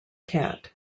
cat